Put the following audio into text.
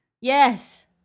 Yes